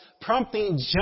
prompting